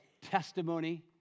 testimony